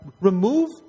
Remove